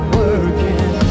working